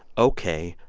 ok.